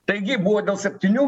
taigi buvo dėl septynių